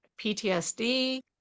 PTSD